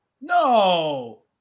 No